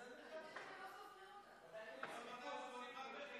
המשטרה (מס' 40) (מערכות צילום מיוחדות),